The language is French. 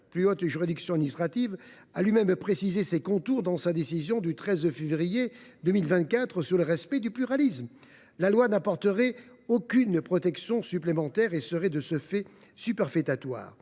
plus haute juridiction administrative, a lui même précisé les contours d’un tel contrôle dans sa décision du 13 février 2024 sur le respect du pluralisme ? La loi n’apporterait aucune protection supplémentaire et serait de ce fait superfétatoire.